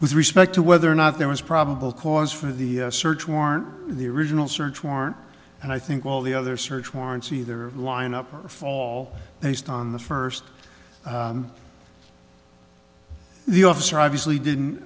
with respect to whether or not there was probable cause for the search warrant the original search warrant and i think all the other search warrants either line up or fall based on the first the officer obviously didn't